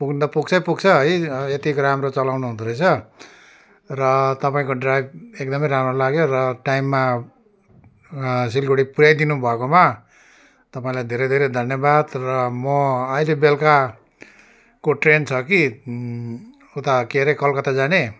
पुग्नु त पुग्छै पुग्छ है यतिको राम्रो चलाउनुहुँदो रहेछ र तपाईँको ड्राइभ एकदमै राम्रो लाग्यो र टाइममा सिलगढी पुऱ्याइदिनु भएकोमा तपाईँलाई धेरै धेरै धन्यवाद र म अहिले बेलुकाको ट्रेन छ कि उता के अरे कलकत्ता जाने